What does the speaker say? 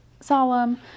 solemn